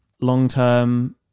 long-term